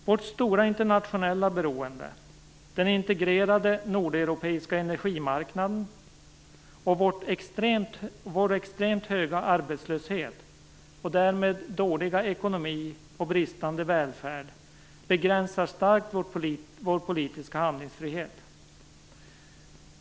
Vårt stora internationella beroende, den integrerade nordeuropeiska energimarknaden och vår extremt höga arbetslöshet och därmed dåliga ekonomi och bristande välfärd begränsar starkt vår politiska handlingsfrihet.